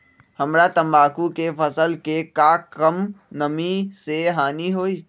हमरा तंबाकू के फसल के का कम नमी से हानि होई?